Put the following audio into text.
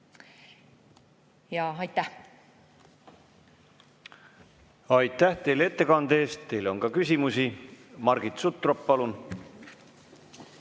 Aitäh! Aitäh teile ettekande eest! Teile on ka küsimusi. Margit Sutrop, palun!